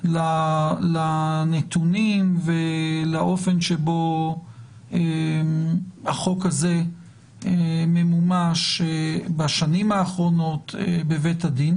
לנתונים ולאופן שבו החוק הזה ממומש בשנים האחרונות בבית הדין.